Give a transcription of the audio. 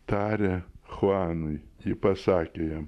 tarė chuanui ji pasakė jam